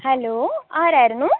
hello ആരായിരുന്നൂ